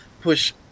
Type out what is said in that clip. push